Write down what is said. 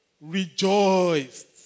rejoiced